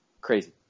crazy